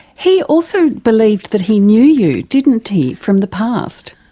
he also believed that he knew you, didn't he, from the past.